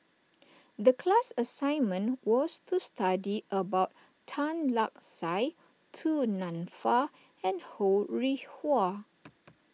the class assignment was to study about Tan Lark Sye Du Nanfa and Ho Rih Hwa